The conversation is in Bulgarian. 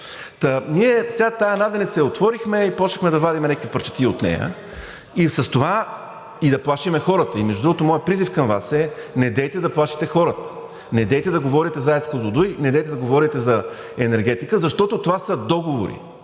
ние сега тази наденица я отворихме и започнахме да вадим някакви парчетии от нея и с това и да плашим хората. Между другото, моят призив към Вас е – недейте да плашите хората, недейте да говорите за АЕЦ „Козлодуй“, недейте да говорите за енергетика, защото това са договори.